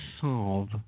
solve